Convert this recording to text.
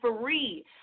free